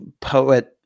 poet